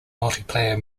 multiplayer